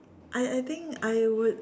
I I think I would